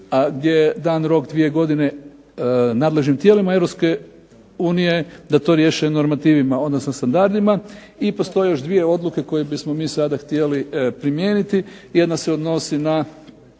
gdje je dan rok dvije godine nadležnim tijelima Europske unije, da to riješe normativima, odnosno standardima. I postoje još dvije odluke koje bismo mi sada htjeli primijeniti. Jedna se odnosi na